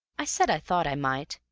i said i thought i might,